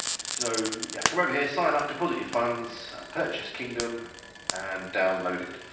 so yeah, come over here, sign up, deposit your funds. purchase kingdom and download it.